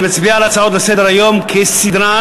אני מצביע על הצעות האי-אמון כסדרן,